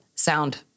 sound